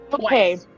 Okay